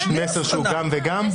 פשוט מסר שהוא גם וגם?